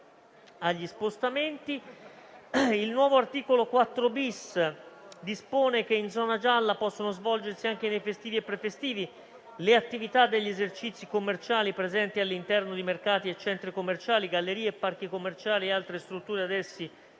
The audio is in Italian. Il nuovo articolo 4-*bis* dispone che in zona gialla possano svolgersi, anche nei festivi e prefestivi, le attività degli esercizi commerciali presenti all'interno di mercati e centri commerciali, gallerie, parchi commerciali e altre strutture ad essi